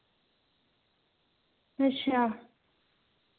अच्छा